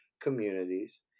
communities